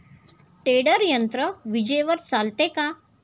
Tedder यंत्र विजेवर चालते का?